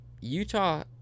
Utah